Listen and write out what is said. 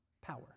power